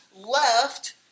left